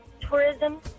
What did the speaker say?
tourism